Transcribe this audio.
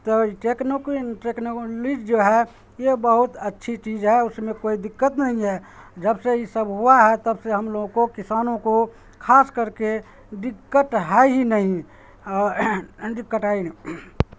تو ٹیکنکولی جو ہے یہ بہت اچھی چیز ہے اس میں کوئی دقت نہیں ہے جب سے یہ سب ہوا ہے تب سے ہم لوگوں کو کسانوں کو خاص کر کے دقت ہے ہی نہیں اور دقت ہے ہی نہیں